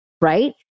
right